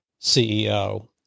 CEO